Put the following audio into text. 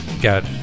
got